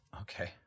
Okay